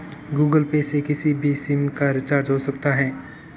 Google Pay से किसी भी सिम का रिचार्ज हो सकता है